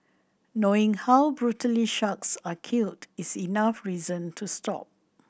knowing how brutally sharks are killed is enough reason to stop